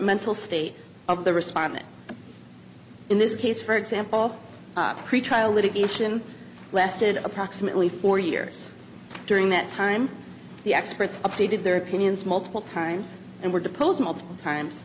mental state of the respondent in this case for example the pretrial litigation lasted approximately four years during that time the experts updated their opinions multiple times and were deposed multiple times